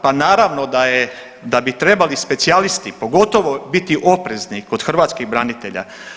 Pa naravno da bi trebali specijalisti pogotovo biti oprezni kod hrvatskih branitelja.